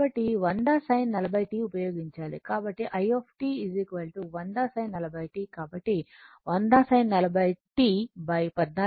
కాబట్టి i 100 sin 40t కాబట్టి 100 sin 40t 14